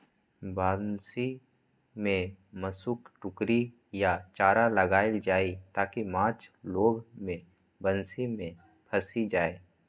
बंसी मे मासुक टुकड़ी या चारा लगाएल जाइ, ताकि माछ लोभ मे बंसी मे फंसि जाए